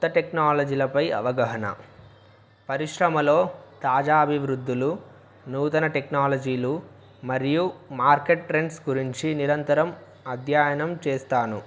కొత్త టెక్నాలజీలపై అవగహన పరిశ్రమలో తాజా అభివృద్ధిలు నూతన టెక్నాలజీలు మరియు మార్కెట్ ట్రెండ్స్ గురించి నిరంతరం అధ్యయనం చేస్తాను